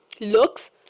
looks